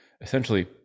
essentially